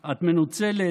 את מנוצלת,